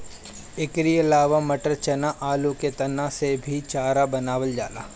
एकरी अलावा मटर, चना, आलू के तना से भी चारा बनावल जाला